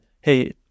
hey